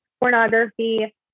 pornography